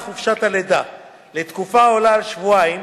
חופשת הלידה לתקופה העולה על שבועיים,